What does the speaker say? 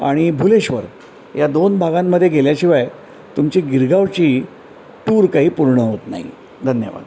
आणि भुलेश्वर या दोन भागांमध्ये गेल्याशिवाय तुमची गिरगावची टूर काही पूर्ण होत नाही धन्यवाद